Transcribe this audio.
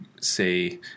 say